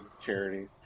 charity